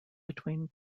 between